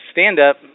stand-up